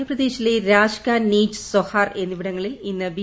മധ്യപ്രദേശിലെ രാജ്ഗാ നീച്ച് സെഹോർ എന്നിവിടങ്ങളിൽ ഇന്ന് ബി